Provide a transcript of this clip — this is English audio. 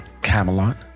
camelot